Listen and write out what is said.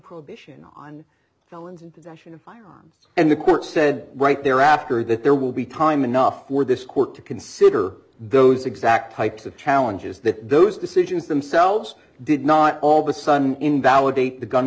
prohibition on felons detention of firearms and the court said right there after that there will be time enough for this court to consider those exact types of challenges that those decisions themselves did not all the sudden invalidate the gun